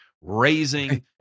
raising